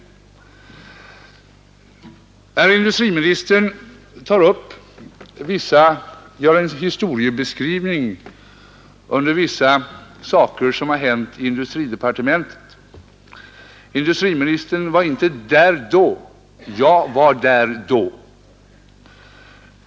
Herr industriministern gör en historisk beskrivning av vissa saker som har hänt i industridepartementet. Industriministern var inte där då. Jag var där då.